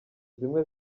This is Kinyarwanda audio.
zimwe